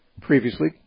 previously